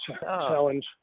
challenge